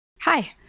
Hi